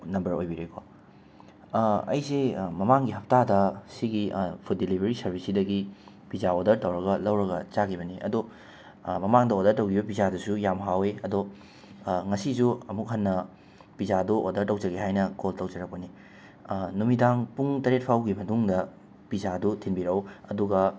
number ꯑꯣꯏꯕꯤꯔꯦꯀꯣ ꯑꯩꯁꯦ ꯃꯃꯥꯡꯒꯤ ꯍꯞꯇꯥꯗ ꯁꯤꯒꯤ ꯐꯨꯠ ꯗꯤꯂꯤꯕꯔꯤ ꯁꯥꯔꯕꯤꯁꯁꯤꯗꯒꯤ ꯄꯤꯖꯥ ꯑꯣꯗꯔ ꯇꯧꯔꯒ ꯂꯧꯔꯒ ꯆꯥꯈꯤꯕꯅꯦ ꯑꯗꯣ ꯃꯃꯥꯡꯗ ꯑꯣꯗꯔ ꯇꯧꯈꯤꯕ ꯄꯤꯖꯥꯗꯨꯁꯨ ꯌꯥꯝꯅ ꯍꯥꯎꯏ ꯑꯗꯣ ꯉꯁꯤꯁꯨ ꯑꯃꯨꯛ ꯍꯟꯅ ꯄꯤꯖꯥꯗꯣ ꯑꯣꯗꯔ ꯇꯧꯖꯒꯦ ꯍꯥꯏꯅ ꯀꯣꯜ ꯇꯧꯖꯔꯛꯄꯅꯤ ꯅꯨꯃꯤꯗꯥꯡ ꯄꯨꯡ ꯇꯔꯦꯠꯐꯥꯎꯒꯤ ꯃꯅꯨꯡꯗ ꯄꯤꯖꯥꯗꯨ ꯊꯤꯟꯕꯤꯔꯛꯎ ꯑꯗꯨꯒ